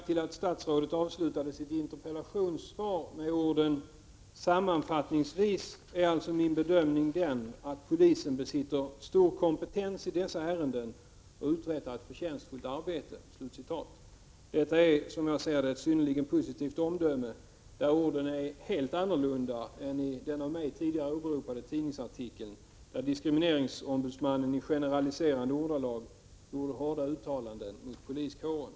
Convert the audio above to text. ig a Jag lade märke till att statsrådet avslutade sitt interpellationssvar med Omp RNE orden: ”Sammanfattningsvis är alltså min bedömning den att polisen besitter a avflykangarens stor kompetens i dessa ärenden och uträttar ett förtjänstfullt arbete.” Detta är, enligt min mening, ett synnerligen positivt omdöme, som helt skiljer sig från den av mig tidigare åberopade tidningsartikeln, där diskrimineringsombudsmannen i generaliserande ordalag gjorde hårda uttalanden mot poliskåren.